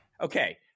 Okay